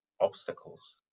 obstacles